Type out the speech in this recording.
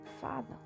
Father